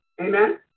Amen